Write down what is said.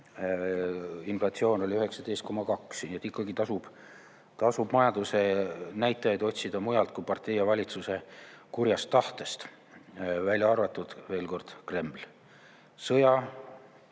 inflatsioon oli 19,2%. Nii et ikkagi tasub majanduse näitajaid otsida mujalt kui partei ja valitsuse kurjast tahtest. Välja arvatud, veel kord: Kreml. Sõja